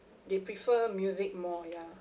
they prefer music more ya